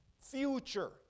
future